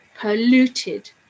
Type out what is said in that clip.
polluted